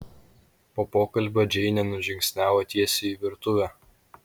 po pokalbio džeinė nužingsniavo tiesiai į virtuvę